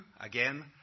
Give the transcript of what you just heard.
again